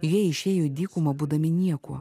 jie išėjo į dykumą būdami niekuo